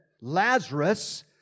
Lazarus